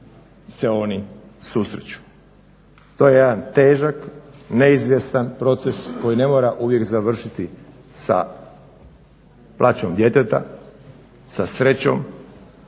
se oni susreću. To je jedan težak, neizvjestan proces koji ne mora uvijek završiti sa plaćom djeteta, sa srećom.